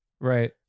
Right